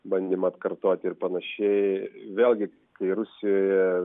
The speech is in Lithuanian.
bandymą atkartoti ir panašiai vėlgi kai rusijoje